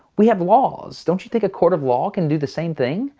we have laws. don't you think a court of law can do the same thing?